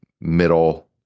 middle